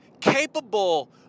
capable